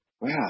wow